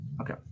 Okay